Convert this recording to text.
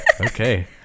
okay